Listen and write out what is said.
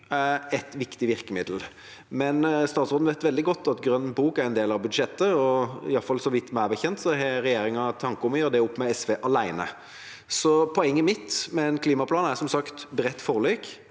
er et viktig virkemiddel, men statsråden vet veldig godt at Grønn bok er en del av budsjettet, og iallfall så vidt jeg vet, har regjeringa tanker om å gjøre det opp med SV alene. Så poenget mitt med en klimaplan er, som sagt, et bredt forlik.